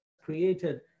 created